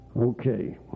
Okay